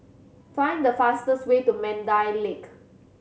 find the fastest way to Mandai Lake